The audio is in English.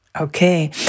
Okay